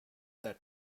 that